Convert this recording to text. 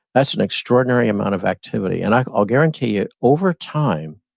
that's an extraordinary amount of activity. and i'll guarantee you, over time,